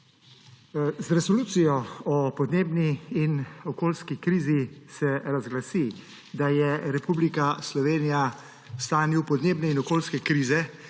Z resolucijo o podnebni in okoljski krizi se razglasi, da je Republika Slovenija v stanju podnebne in okoljske krize,